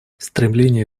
стремление